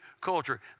culture